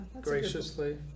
graciously